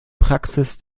praxis